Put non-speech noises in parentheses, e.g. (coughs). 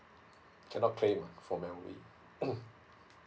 cannot claim ah from M_O_E (coughs)